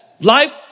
life